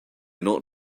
not